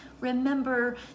remember